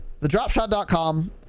thedropshot.com